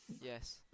Yes